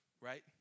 right